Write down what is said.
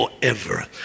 forever